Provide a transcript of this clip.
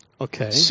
Okay